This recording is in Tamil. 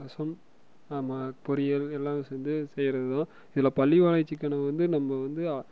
ரசம் ம பொரியல் எல்லாம் சேர்ந்து செய்யறது தான் இதுல பள்ளிபாளையம் சிக்கனை வந்து நம்ம வந்து